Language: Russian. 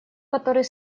который